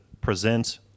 present